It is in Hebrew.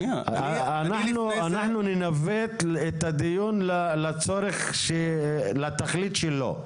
אנחנו ננווט את הדיון לתכלית שלו.